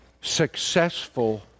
successful